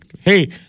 hey